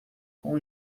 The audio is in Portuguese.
com